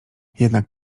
jednak